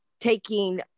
taking